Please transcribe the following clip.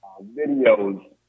videos